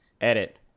Edit